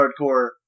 hardcore